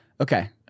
Okay